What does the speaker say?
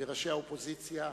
וראשי האופוזיציה,